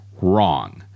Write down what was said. wrong